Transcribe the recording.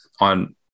on